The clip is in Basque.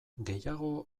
gehiago